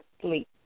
sleep